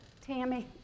Tammy